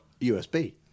USB